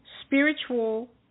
spiritual